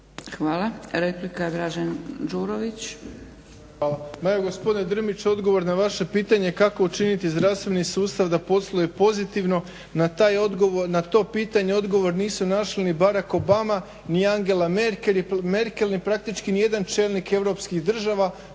Hvala. Naime, gospodine Drmič, odgovor na vaše pitanje kako učiniti zdravstveni sustav da posluje pozitivno. Na to pitanje odgovor nisu našli ni Barak Obama, ni Angela Merkl ni praktički jedan čelnik europskih država,